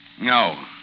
No